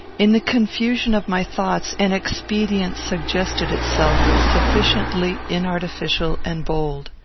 in the confusion of my thoughts an expedient suggested itself sufficiently inartificial and bold.